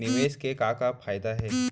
निवेश के का का फयादा हे?